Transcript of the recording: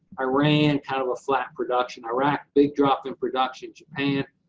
iran, kind of a flat production. iraq, big drop in production. japan,